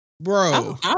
Bro